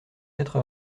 quatre